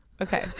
Okay